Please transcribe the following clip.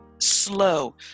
slow